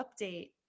update